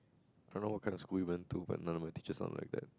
don't know what kind of school even to but none of my teacher sound like that